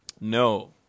No